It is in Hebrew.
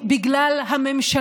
אחדות